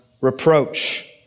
reproach